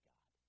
God